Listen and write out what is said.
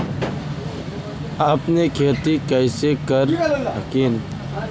अपने खेती कैसे कर हखिन?